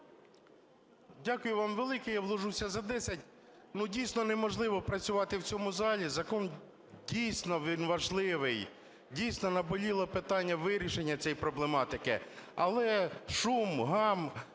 Дякую вам велике. Я вкладуся за 10. Дійсно, неможливо працювати в цьому залі. Закон, дійсно, він важливий. Дійсно, наболіло питання вирішення цієї проблематики. Але шум, гам.